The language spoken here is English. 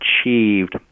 achieved